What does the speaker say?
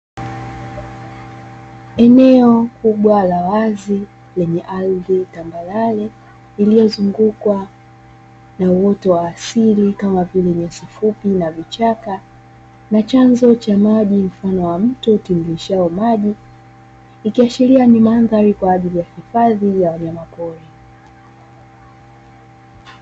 Eneo kubwa la wazi lenye ardhi tambarare, lililozungukwa na uoto wa asili kama vile; nyasi fupi na vichaka na chanzo cha maji mfano wa mto utiririshao maji, ikiashiria ni mandhari kwa ajili ya hifadhi ya wanyamapori.